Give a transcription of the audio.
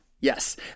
Yes